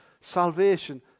Salvation